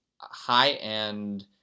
high-end